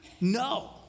No